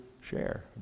share